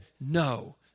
no